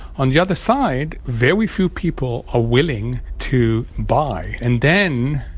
on the other side, very few people are willing to buy. and then,